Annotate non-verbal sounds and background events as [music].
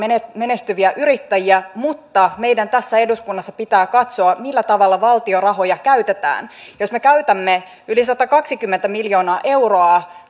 menestyviä yrittäjiä mutta meidän täällä eduskunnassa pitää katsoa millä tavalla valtion rahoja käytetään ja jos me käytämme yli satakaksikymmentä miljoonaa euroa [unintelligible]